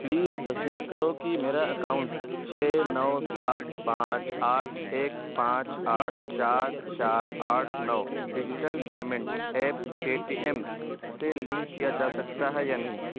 please تصدیق کرو کہ میرا اکاؤنٹ چھ نو سات پانچ آٹھ ایک پانچ آٹھ چار چار آٹھ نو digital payment app Paytm سے لنک کیا جا سکتا ہے یا نہیں